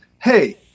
hey